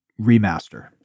remaster